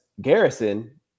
Garrison